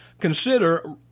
Consider